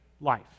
life